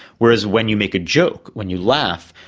whereas, when you make a joke, when you laugh,